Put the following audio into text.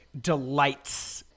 delights